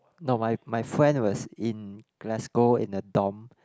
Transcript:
no my my friend was in glasgow in the dorm